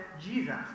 Jesus